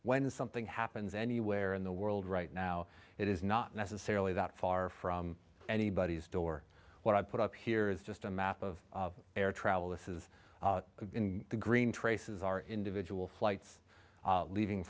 when something happens anywhere in the world right now it is not necessarily that far from anybody's door what i've put up here is just a map of air travel this is in the green traces are individual flights leaving